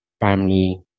family